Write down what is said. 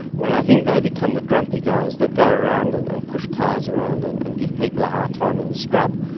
well i think they become the grumpy guys that go around and and push cars around and and give people a hard time in the scrub.